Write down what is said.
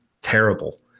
terrible